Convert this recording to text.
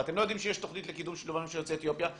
ואתם לא יודעים שיש תכנית לקידום שילובם של יוצאי אתיופיה,